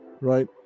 right